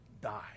die